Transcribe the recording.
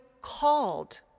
called